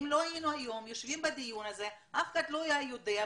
אם לא היינו היום יושבים בדיון הזה אף אחד לא היה יודע,